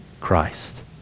Christ